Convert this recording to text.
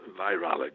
virology